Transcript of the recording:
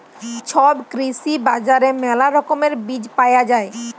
ছব কৃষি বাজারে মেলা রকমের বীজ পায়া যাই